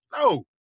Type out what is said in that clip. No